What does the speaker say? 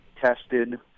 tested